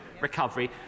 recovery